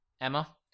Emma